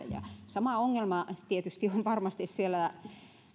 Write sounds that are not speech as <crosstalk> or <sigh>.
<unintelligible> ja sama ongelma tietysti on varmasti siellä